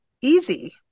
easy